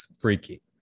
freaky